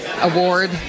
Award